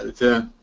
the